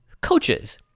coaches